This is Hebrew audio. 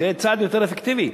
זה צעד יותר אפקטיבי.